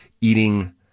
eating